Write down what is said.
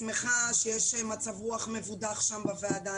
מצב רוח מבודח שם בוועדה.